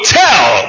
tell